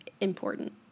important